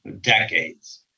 decades